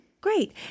Great